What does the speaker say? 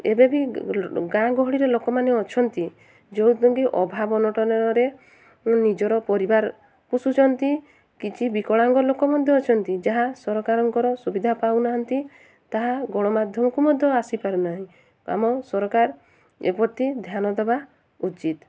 ଏବେବି ଗାଁ ଗହଳିରେ ଲୋକମାନେ ଅଛନ୍ତି ଯୋଉଥିରେ ଅଭାବ ଅନଟନରେ ନିଜର ପରିବାର ପୋଷୁଛନ୍ତି କିଛି ବିକଳାଙ୍ଗ ଲୋକ ମଧ୍ୟ ଅଛନ୍ତି ଯାହା ସରକାରଙ୍କର ସୁବିଧା ପାଉନାହାନ୍ତି ତାହା ଗଣମାଧ୍ୟମକୁ ମଧ୍ୟ ଆସିପାରୁ ନାହିଁ ଆମ ସରକାର ଏ ପ୍ରତି ଧ୍ୟାନ ଦେବା ଉଚିତ୍